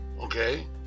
Okay